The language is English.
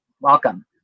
Welcome